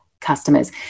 customers